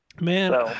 Man